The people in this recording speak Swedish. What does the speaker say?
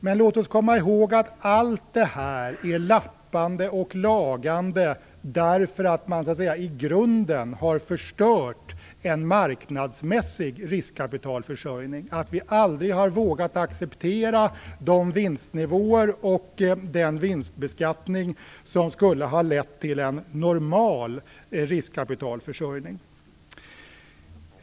Men låt oss komma ihåg att allt detta innebär ett lappande och lagande - därför att man i grunden har förstört en marknadsmässig riskkapitalförsörjning, därför att vi aldrig har vågat acceptera de vinstnivåer och den vinstbeskattning som skulle ha lett till en normal riskkapitalförsörjning.